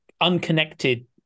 unconnected